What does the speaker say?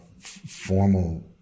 formal